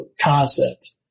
concept